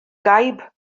gaib